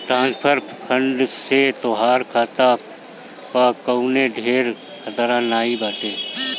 transfer fund से तोहार खाता पअ कवनो ढेर खतरा नाइ बाटे